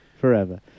forever